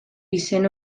izen